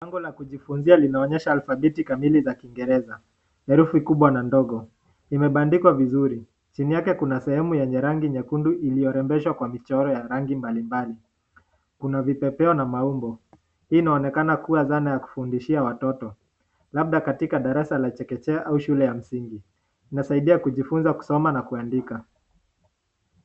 Jambo la kujifunzia linaonyesha alfabeti kamili la kingereza, herufi kubwa na ndogo. Imebadikwa vizuri chini yake kuna sehemu yenye rangi nyekundu iliorembeshwa kwa michoro ya rangi mbali mbali. kuna vipepeo na maumbo. Hii inaonekana kuwa dhana ya kufundishia watoto, labda katika darasa ya chekechea ama shule ya msingi. Inasaidia kujifunza kusoma na kuandika.